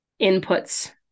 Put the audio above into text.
inputs